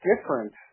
different